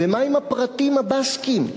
ומה עם הפרטים הבסקים?